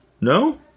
No